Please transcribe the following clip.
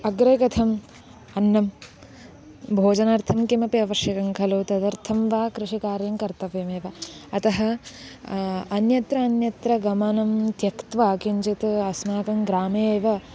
अग्रे कथम् अन्नं भोजनार्थं किमपि आवश्यकं खलु तदर्थं वा कृषिकार्यं कर्तव्यमेव अतः अन्यत्र अन्यत्र गमनं त्यक्त्वा किञ्चित् अस्माकं ग्रामे एव